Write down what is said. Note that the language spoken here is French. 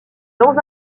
dans